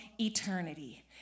eternity